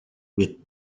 with